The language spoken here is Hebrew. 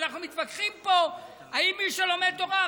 ואנחנו מתווכחים פה אם מי שלומד תורה,